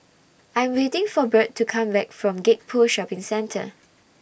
I Am waiting For Bird to Come Back from Gek Poh Shopping Centre